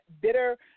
bitter